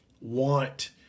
want